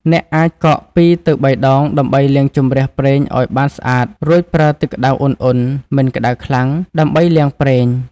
អ្នកអាចកក់ ២ ទៅ ៣ ដងដើម្បីលាងជម្រះប្រេងឲ្យបានស្អាត រួចប្រើទឹកក្តៅឧណ្ហៗ (មិនក្តៅខ្លាំង) ដើម្បីលាងប្រេង។